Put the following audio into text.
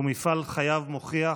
ומפעל חייו מוכיח